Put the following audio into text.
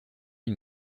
une